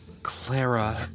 Clara